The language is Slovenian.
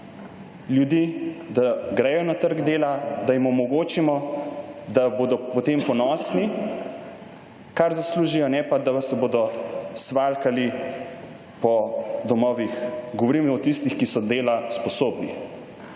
ljudi, da grejo na trg dela, da jim omogočimo, da bodo potem ponosni, kar zaslužijo, ne pa, da se bodo svaljkali po domovih. Govorim o tistih, ki so dela sposobni.